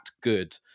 good